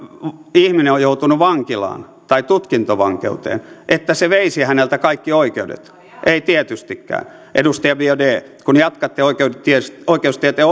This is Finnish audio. ihminen on joutunut vankilaan tai tutkintavankeuteen veisi häneltä kaikki oikeudet ei tietystikään edustaja biaudet kun jatkatte oikeustieteen oikeustieteen